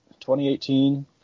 2018 –